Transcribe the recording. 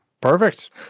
Perfect